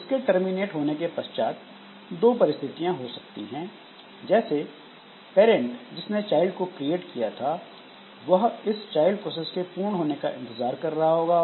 इसके टर्मिनेट होने के पश्चात दो परिस्थितियां हो सकती हैं जैसे पेरेंट जिसने चाइल्ड को क्रिएट किया था वह इस चाइल्ड प्रोसेस के पूर्ण होने का इंतजार कर रहा होगा